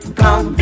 come